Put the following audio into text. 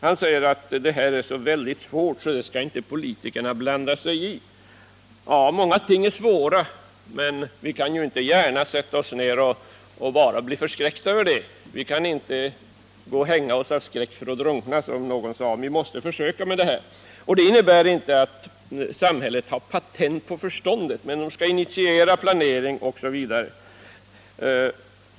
Han säger att detta är så svårt att politiker inte skall blanda sig i det. Ja, många ting är svåra. Men vi kan ju inte gärna sätta oss ner och bara bli förskräckta över det. Vi kan inte gå och hänga oss av skräck för att drunkna, som någon sade. Det innebär inte att samhället har patent på förståndet, men samhället skall initiera planering osv.